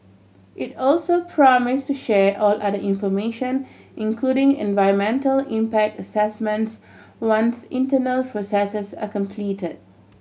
it also promise to share all other information including environmental impact assessments once internal processes are complete